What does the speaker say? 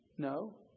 No